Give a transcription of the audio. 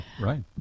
right